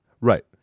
Right